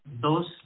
dos